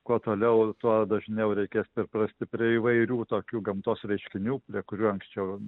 kuo toliau tuo dažniau reikės priprasti prie įvairių tokių gamtos reiškinių prie kurių anksčiau